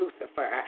Lucifer